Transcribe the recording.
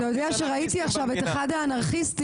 ראיתי עכשיו את אחד האנרכיסטים,